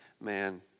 man